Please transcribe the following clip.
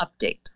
update